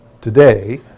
today